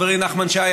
חברי נחמן שי,